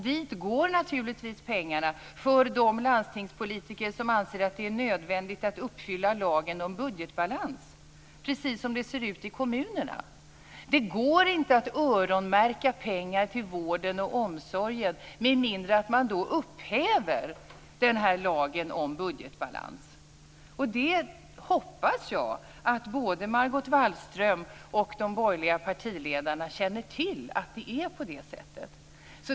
Dit går naturligtvis pengarna för de landstingspolitiker som anser att det är nödvändigt att uppfylla lagen om budgetbalans, precis som det ser ut i kommunerna. Det går inte att öronmärka pengar till vården och omsorgen med mindre att man upphäver lagen om budgetbalans. Jag hoppas att både Margot Wallström och de borgerliga partiledarna känner till att det är på det sättet.